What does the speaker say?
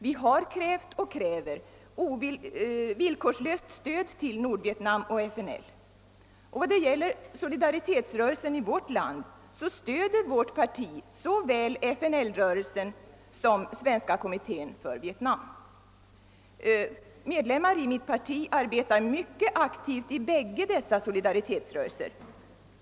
Vi har också krävt och kräver villkorslöst stöd till Nordvietnam och FNL. Vad gäller solidaritetsrörelsen i vårt land stöder vårt parti såväl FNL-rörelsen som Svenska kommittén för Vietnam. Medlemmar av mitt parti arbetar mycket aktivt i båda dessa solidaritetsrörelser.